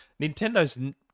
Nintendo's